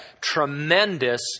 tremendous